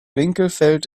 winkelfeld